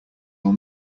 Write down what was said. will